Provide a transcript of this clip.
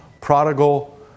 prodigal